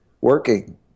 working